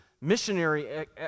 missionary